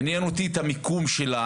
עניין אותי את המיקום שלו.